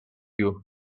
you